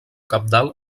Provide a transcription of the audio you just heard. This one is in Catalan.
cabdal